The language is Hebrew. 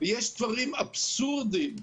יש דברים אבסורדיים שקורים.